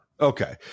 Okay